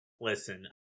Listen